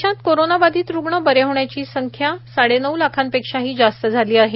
देशात कोरोनाबाधित रुग्ण बरे होण्याची संख्या साडेनऊ लाखांपेक्षाही जास्त झाली आहे